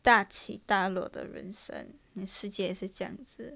大起大落的人生世界也是这样子